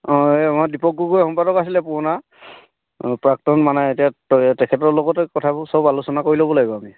অঁ আমাৰ এই দিপক গগৈ সম্পাদক আছিলে পুৰণা প্ৰাক্তন মানে এতিয়া তে তেখেতৰ লগতে কথাবোৰ সব আলোচনা কৰি ল'ব লাগিব আমি